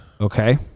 Okay